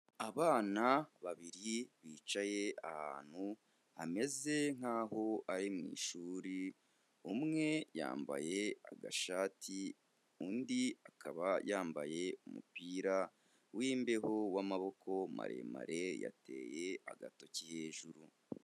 Abana babiri bicaye ahantu hameze nk'aho ari mu ishuri, umwe yambaye agashati undi akaba yambaye umupira w'imbeho w'amaboko maremare yateye agatoki hejuru.